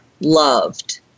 loved